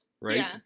Right